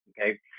Okay